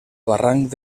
barranc